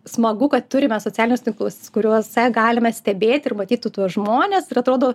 smagu kad turime socialinius tinklus kuriuose galime stebėti ir matyti tuos žmones ir atrodo